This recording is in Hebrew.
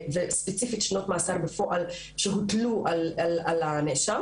ספציפית שנות מאסר בפועל שהוטלו על הנאשם.